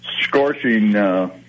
scorching